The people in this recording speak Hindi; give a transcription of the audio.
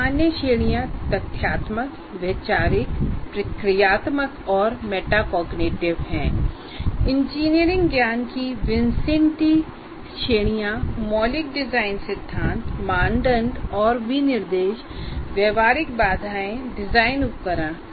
सामान्य श्रेणियां तथ्यात्मक वैचारिक प्रक्रियात्मक और मेटाकोग्निटिव हैं इंजीनियरिंग ज्ञान की विंसेंटी श्रेणियां मौलिक डिजाइन सिद्धांत मानदंड और विनिर्देश व्यावहारिक बाधाएं डिजाइन उपकरण